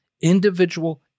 Individual